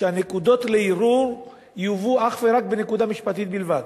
שהנקודות לערעור יובאו אך ורק בנקודה משפטית בלבד.